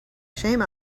shame